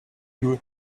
you